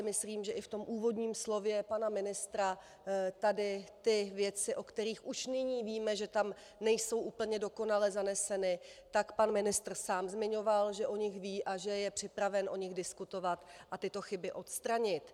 Myslím si, že i v úvodním slově pana ministra tady ty věci, o kterých už nyní víme, že tam nejsou úplně dokonale zaneseny, pan ministr sám zmiňoval, že o nich ví a že je připraven o nich diskutovat a tyto chyby odstranit.